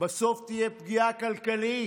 בסוף תהיה פגיעה כלכלית.